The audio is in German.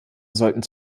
sollten